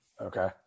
Okay